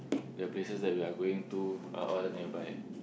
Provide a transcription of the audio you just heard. the places that we are going to are all nearby